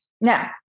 Now